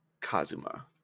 Kazuma